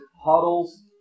Huddles